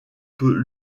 peut